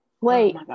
Wait